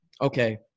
okay